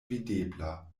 videbla